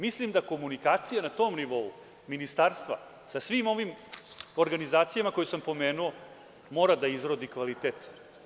Mislim da komunikacija na tom nivou Ministarstva sa svim ovim organizacijama koje sam pomenuo mora da izrodi kvalitet.